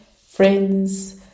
friends